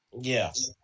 Yes